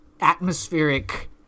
atmospheric